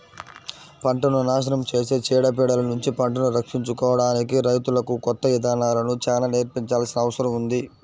పంటను నాశనం చేసే చీడ పీడలనుంచి పంటను రక్షించుకోడానికి రైతులకు కొత్త ఇదానాలను చానా నేర్పించాల్సిన అవసరం ఉంది